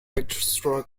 extra